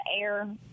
air